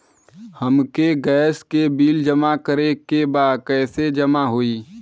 हमके गैस के बिल जमा करे के बा कैसे जमा होई?